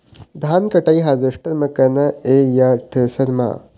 धान कटाई हारवेस्टर म करना ये या थ्रेसर म?